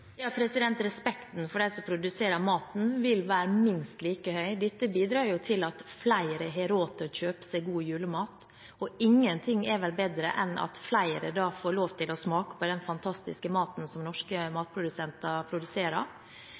Respekten for dem som produserer maten vil være minst like høy. Dette bidrar til at flere har råd til å kjøpe seg god julemat, og ingenting er vel bedre enn at flere får lov til å smake på den fantastiske maten som norske matprodusenter produserer.